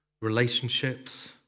relationships